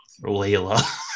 Layla